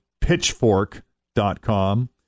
Pitchfork.com